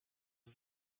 ist